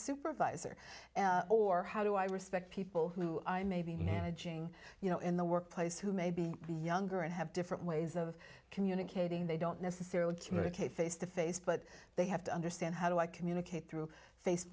supervisor or how do i respect people who i may be managing you know in the workplace who may be younger and have different ways of communicating they don't necessarily communicate face to face but they have to understand how do i communicate through face